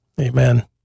Amen